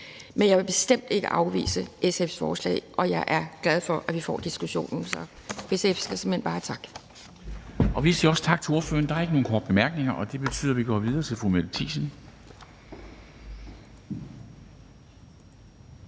Men jeg vil bestemt ikke afvise SF's forslag, og jeg er glad for, at vi får diskussionen. Så SF skal simpelt hen bare have